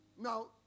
Now